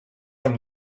from